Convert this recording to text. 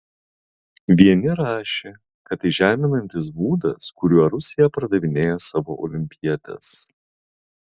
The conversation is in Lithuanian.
vieni rašė kad tai žeminantis būdas kuriuo rusija pardavinėja savo olimpietes